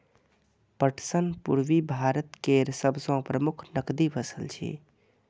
पटसन पूर्वी भारत केर सबसं प्रमुख नकदी फसल छियै